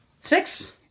Six